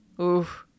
Oof